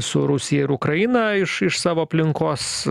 su rusija ir ukraina iš iš savo aplinkos